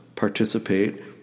Participate